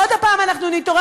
עוד פעם נתעורר,